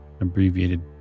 abbreviated